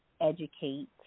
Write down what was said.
educate